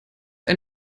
ein